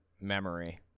memory